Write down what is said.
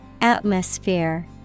Atmosphere